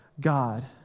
God